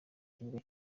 kibuga